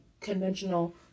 conventional